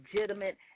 legitimate